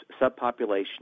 subpopulation